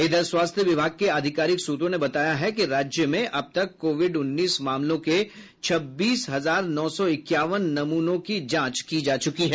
इधर स्वास्थ्य विभाग के आधिकारिक सूत्रों ने बताया है कि राज्य में अब तक कोविड उन्नीस मामलों के छब्बीस हजार नौ सौ इक्यावन नमूनों की जांच की जा चुकी है